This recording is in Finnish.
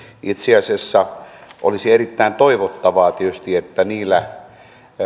itse asiassa olisi erittäin toivottavaa tietysti että niillä